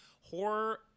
horror